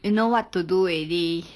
you know what to do already